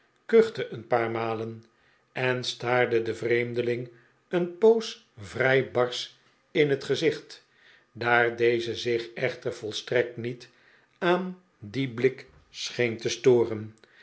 kuchte een paar malen en staarde den vreemdeling een poos vrij barsch in het gezicht daar deze zich echter volstrekt niet aan dien blik scheen te storen